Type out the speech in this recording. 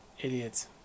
Idiots